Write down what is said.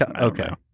Okay